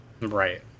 right